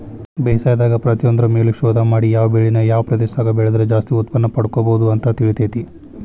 ಬೇಸಾಯದಾಗ ಪ್ರತಿಯೊಂದ್ರು ಮೇಲು ಶೋಧ ಮಾಡಿ ಯಾವ ಬೆಳಿನ ಯಾವ ಪ್ರದೇಶದಾಗ ಬೆಳದ್ರ ಜಾಸ್ತಿ ಉತ್ಪನ್ನಪಡ್ಕೋಬೋದು ಅಂತ ತಿಳಿತೇತಿ